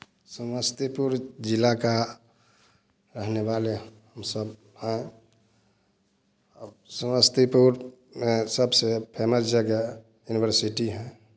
समस्तीपुर जिला का रहने वाले हम सब हैं अब समस्तीपुर में सबसे फेमस जगह यूनिवर्सिटी है